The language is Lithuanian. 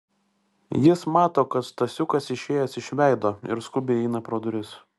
jis mato kad stasiukas išėjęs iš veido ir skubiai eina pro duris